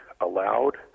allowed